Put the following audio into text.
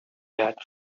heard